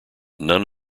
none